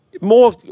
more